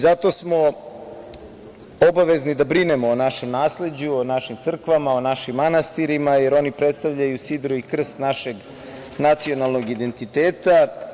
Zato smo obavezni da brinemo o našem nasleđu, o našim crkvama, o našim manastirima, jer oni predstavljaju sidro i krst našeg nacionalnog identiteta.